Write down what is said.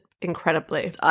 incredibly